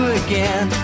again